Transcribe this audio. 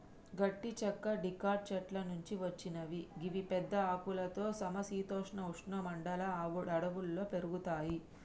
గట్టి చెక్క డికాట్ చెట్ల నుంచి వచ్చినవి గివి పెద్ద ఆకులతో సమ శీతోష్ణ ఉష్ణ మండల అడవుల్లో పెరుగుతయి